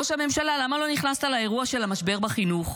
ראש הממשלה, למה לא נכנסת לאירוע של המשבר בחינוך?